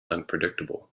unpredictable